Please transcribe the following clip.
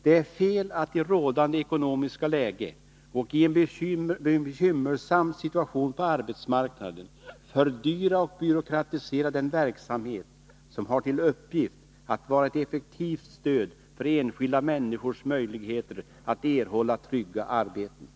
Det är fel att i rådande ekonomiska läge och i en bekymmersam situation på arbetsmarknaden fördyra och byråkratisera den verksamhet som har till uppgift att vara ett effektivt stöd för enskilda människors möjligheter att erhålla trygga arbeten.